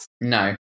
No